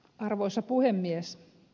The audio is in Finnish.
arvoisa puhemies